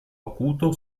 acuto